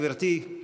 גברתי.